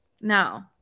no